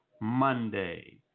monday